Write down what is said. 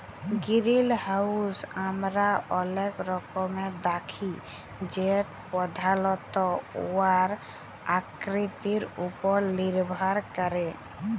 greenhouse আমরা অলেক রকমের দ্যাখি যেট পধালত উয়ার আকৃতির উপর লির্ভর ক্যরে